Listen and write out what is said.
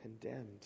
condemned